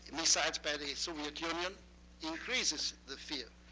missiles by the soviet union increases the fear.